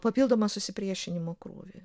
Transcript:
papildomą susipriešinimo krūvį